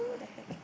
what the heck